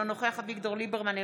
אינו נוכח אביגדור ליברמן,